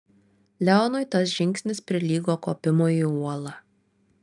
leonui tas žingsnis prilygo kopimui į uolą